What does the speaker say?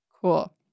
Cool